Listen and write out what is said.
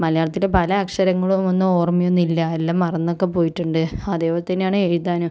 മലയാളത്തിൽ പല അക്ഷരങ്ങളും ഒന്നും ഓർമ്മയൊന്നും ഇല്ല എല്ലാം മറന്നൊക്കെ പോയിട്ടുണ്ട് അതേപോലെത്തന്നെയാണ് എഴുതാനും